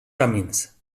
camins